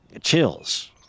Chills